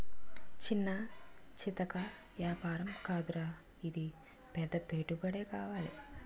చిన్నా చితకా ఏపారం కాదురా ఇది పెద్ద పెట్టుబడే కావాలి